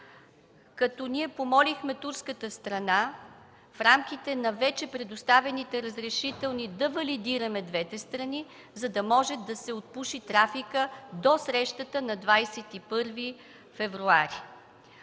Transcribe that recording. като помолихме турската страна в рамките на вече предоставените разрешителни да валидираме двете страни, за да може да се отпуши трафикът до срещата на 21 февруари.